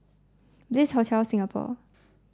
Bliss Hotel Singapore